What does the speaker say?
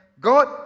God